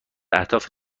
اهداف